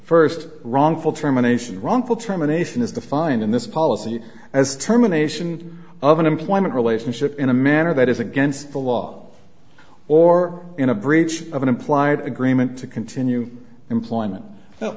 first wrongful termination wrongful termination is defined in this policy as terminations of an employment relationship in a manner that is against the law or in a breach of an implied agreement to continue employment